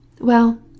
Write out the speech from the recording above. Well